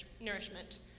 nourishment